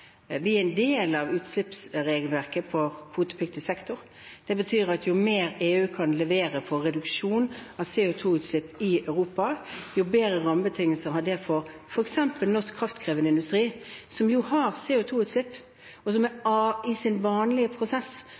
Vi er en del av utslippsregelverket for kvotepliktig sektor. Det betyr at jo mer EU kan levere når det gjelder reduksjon av CO 2 -utslipp i Europa, jo bedre rammebetingelser gir det for f.eks. norsk kraftkrevende industri, som har CO 2 -utslipp i sin vanlige prosess,